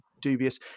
dubious